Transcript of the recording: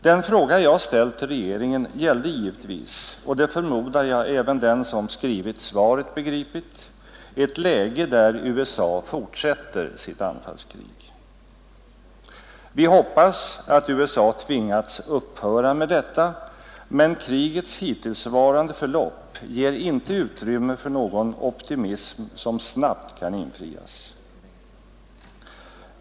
Den fråga jag ställt till regeringen gällde givetvis, och det förmodar jag även den som skrivit svaret begripit, ett läge där USA fortsätter sitt anfallskrig. Vi hoppas att USA tvingats upphöra med detta, men krigets hittillsvarande förlopp ger inte utrymme för någon optimism som snabbt kan infrias.